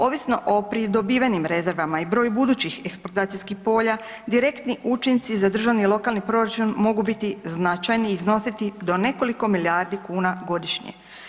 Ovisno o pridobivenim rezervama i broju budućih eksploatacijskih polja, direktni učinci za državni i lokalni proračun mogu biti značajni i iznositi do nekoliko milijardi kuna godišnje.